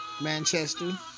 Manchester